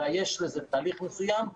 אלא יש לזה תהליך מסוים.